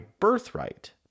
birthright